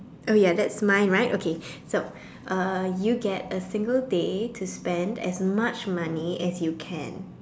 oh ya that's mine right okay so uh you get a single day to spend as much money as you can